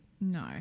no